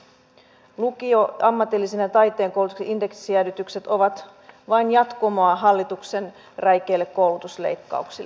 lukion ammatillisen ja taiteen koulutuksen indeksijäädytykset ovat vain jatkumoa hallituksen räikeille koulutusleikkauksille